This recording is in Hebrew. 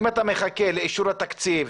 אם אתה מחכה לאישור התקציב,